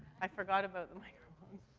i forgot about the microphones.